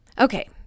Okay